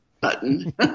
button